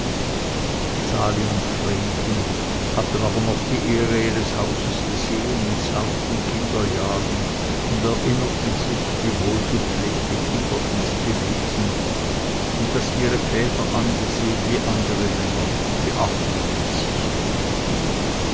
sali und vrenchen hatten aber noch die ehre ihres hauses gesehen in zarten kinderjahren und erinnerten sich wie wohlgepflegte kinderchen sie gewesen und daß ihre väter ausgesehen wie andere männer geachtet und sicher